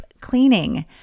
cleaning